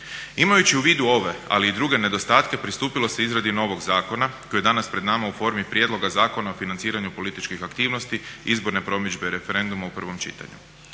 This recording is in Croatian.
Imajući u vidu ove ali i druge nedostatke pristupilo se izradi novog zakona koji je danas pred nama u formi Prijedloga zakona o financiranju političkih aktivnosti, izborne promidžbe referenduma u prvom čitanju.